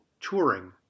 touring